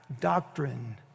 doctrine